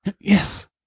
Yes